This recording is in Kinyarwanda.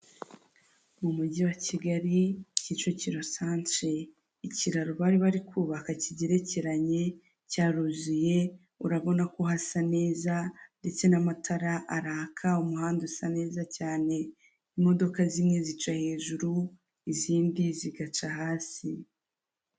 Mu mujyi wa Kigali Kicukiro santere ikiraro bari bari kubaka kigerekeranye cyaruzuye, urabona ko hasa neza ndetse n'amatara araka, umuhanda usa neza cyane imodoka zimwe zica hejuru izindi zigaca hasi.